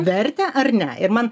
vertę ar ne ir man